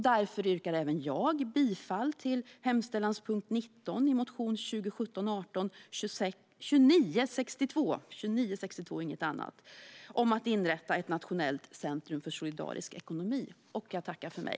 Därför yrkar även jag bifall till hemställanspunkt 19 i motion 2017/18:2962 om att inrätta ett nationellt centrum för solidarisk ekonomi. Jag tackar för mig.